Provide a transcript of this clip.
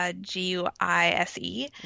G-U-I-S-E